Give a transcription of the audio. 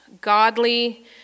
godly